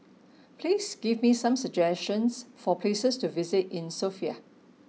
please give me some suggestions for places to visit in Sofia